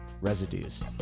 Residues